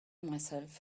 myself